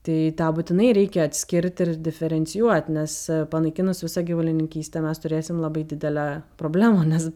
tai tą būtinai reikia atskirt ir diferencijuot nes panaikinus visą gyvulininkystę mes turėsim labai didelę problemą nes